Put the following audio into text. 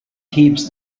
heaps